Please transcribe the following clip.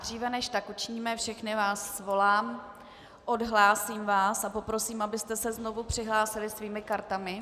Dříve než tak učiníme, všechny vás svolám, odhlásím vás a poprosím, abyste se znovu přihlásili svými kartami.